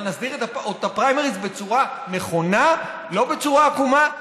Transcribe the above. אבל נסדיר את הפריימריז בצורה נכונה ולא בצורה עקומה,